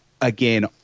again